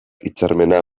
hitzarmena